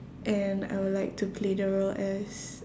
and I would like to play the role as